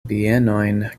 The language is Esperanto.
bienojn